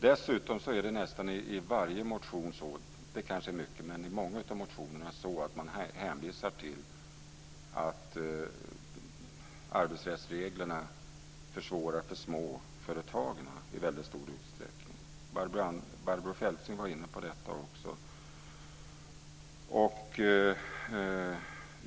I många av motionerna hänvisar man dessutom till att arbetsrättsreglerna i mycket stor utsträckning försvårar för småföretagen. Barbro Feltzing var inne på detta också.